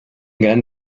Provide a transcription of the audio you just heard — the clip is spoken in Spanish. gran